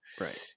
right